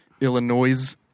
Illinois